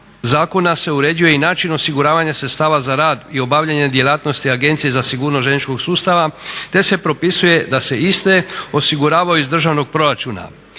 zakona se uređuje i način osiguravanja sredstava za rad i obavljanje djelatnosti Agencije za sigurnost željezničkog sustava te se propisuje da se iste osiguravaju iz državnog proračuna.